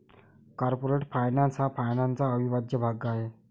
corporate finance हा फायनान्सचा अविभाज्य भाग आहे